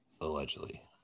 Allegedly